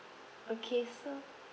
okay so